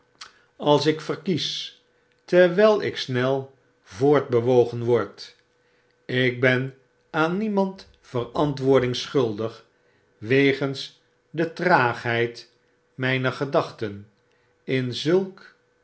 als ik verkies terwjjl ik snel voortbewogen word ik ben aan niemand verantwoording schuldig wegens detraagheidmper gedachten in zulk